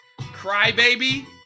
Crybaby